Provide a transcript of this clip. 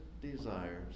desires